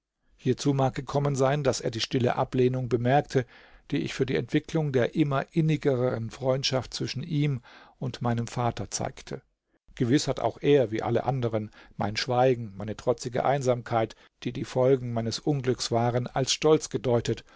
hierzu mag gekommen sein daß er die stille ablehnung bemerkte die ich für die entwicklung der immer innigeren freundschaft zwischen ihm und meinem vater zeigte gewiß hat auch er wie alle anderen mein schweigen meine trotzige einsamkeit die die folgen meines unglückes waren als stolz gedeutet